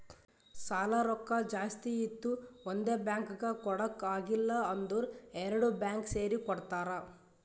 ಸಾಲಾ ರೊಕ್ಕಾ ಜಾಸ್ತಿ ಇತ್ತು ಒಂದೇ ಬ್ಯಾಂಕ್ಗ್ ಕೊಡಾಕ್ ಆಗಿಲ್ಲಾ ಅಂದುರ್ ಎರಡು ಬ್ಯಾಂಕ್ ಸೇರಿ ಕೊಡ್ತಾರ